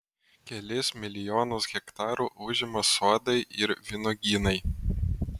kelis milijonus hektarų užima sodai ir vynuogynai